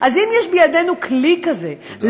אז אם יש בידינו כלי כזה,